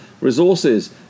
Resources